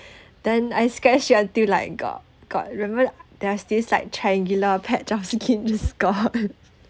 then I scratch it until like got got remember there's this like triangular patch of skins gone